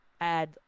Add